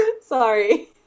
Sorry